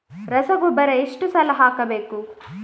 ರಸಗೊಬ್ಬರ ಎಷ್ಟು ಸಲ ಹಾಕಬೇಕು?